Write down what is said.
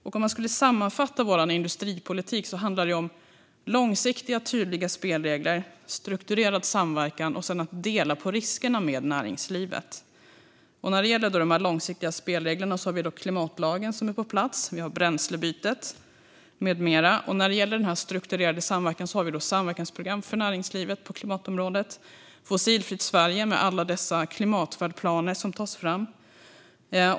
Om jag ska sammanfatta vår industripolitik handlar den om långsiktiga och tydliga spelregler, strukturerad samverkan och att dela på riskerna med näringslivet. För de långsiktiga spelreglerna finns klimatlagen på plats, Bränslebytet med mera. För den strukturerade samverkan finns samverkansprogram för näringslivet på klimatområdet. Vidare är det Fossilfritt Sverige med alla dessa klimatfärdplaner.